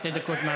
שתי דקות,